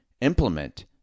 implement